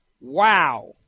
Wow